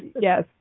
yes